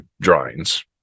drawings